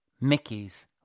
Mickey's